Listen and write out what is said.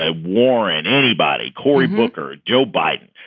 ah warren, anybody, cory booker, joe biden,